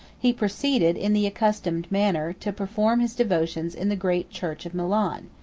he proceeded, in the accustomed manner, to perform his devotions in the great church of milan.